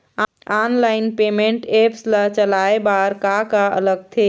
Online payment apps ला चलाए बार का का लगथे?